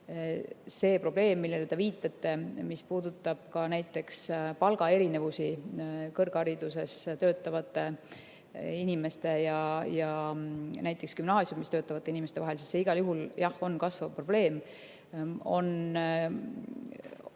see probleem, millele te viitate, mis puudutab ka näiteks palgaerinevusi kõrghariduses töötavate inimeste ja gümnaasiumis töötavate inimeste vahel, on igal juhul kasvav probleem.